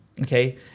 okay